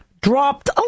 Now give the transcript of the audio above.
dropped